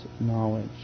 knowledge